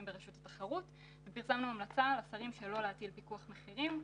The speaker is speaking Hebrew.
ופרסמנו המלצה לשרים שלא להטיל פיקוח מחירים.